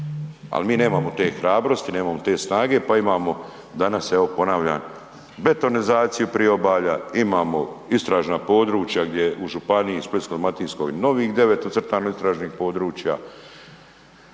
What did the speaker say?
Ali mi nemamo te hrabrosti, nemamo te snage. Pa evo imamo danas evo ponavljam, betonizaciju Priobalja, imamo istražna područja gdje u županiji Splitsko-dalmatinskoj novih devet ucrtanih istražnih područja